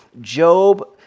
Job